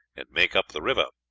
and make up the river,